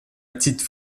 petite